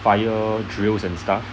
fire drills and stuff